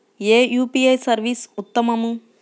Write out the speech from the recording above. ఏ UPI service ఉత్తమము?